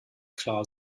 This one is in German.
klar